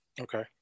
Okay